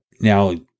Now